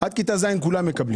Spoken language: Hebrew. עד כיתה ז' כולם מקבלים.